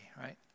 right